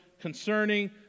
concerning